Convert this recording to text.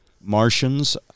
Martians